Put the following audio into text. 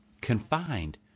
confined